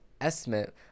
estimate